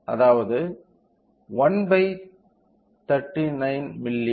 எனவே அதாவது 1 39 மில்லி